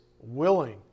willing